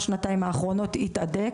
בשנה-שנתיים האחרונות הוא בטח התהדק.